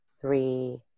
three